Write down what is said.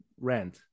rent